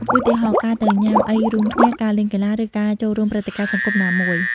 ឧទាហរណ៍ ការទៅញ៉ាំអីរួមគ្នា ការលេងកីឡា ឬការចូលរួមព្រឹត្តិការណ៍សង្គមណាមួយ។